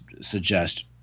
suggest